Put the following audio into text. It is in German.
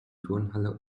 turnhalle